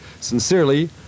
Sincerely